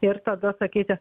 ir tada sakyti